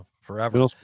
forever